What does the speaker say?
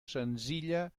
senzilla